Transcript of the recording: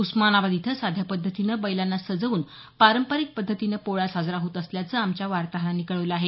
उस्मानाबाद इथं साध्या पध्दतीने बैलांना सजवून पारपारिक पद्धतीनं पोळा साजरा होत असल्याचं आमच्या वार्ताहरांनी कळवलं आहे